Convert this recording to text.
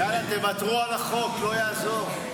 יאללה, תוותרו על החוק, לא יעזור.